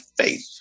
faith